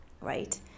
right